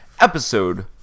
episode